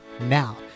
Now